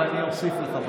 ואני אוסיף לך.